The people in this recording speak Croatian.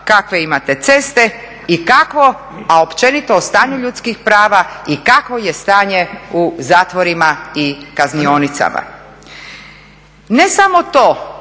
kakve imate ceste i kakvo, a općenito o stanju ljudskih prava i kakvo je stanje u zatvorima i kaznionicama. Ne samo to,